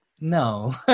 no